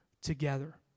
together